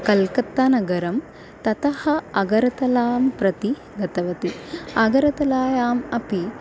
कल्कत्तानगरं ततः अगर्तलां प्रति गतवती अगरतलायाम् अपि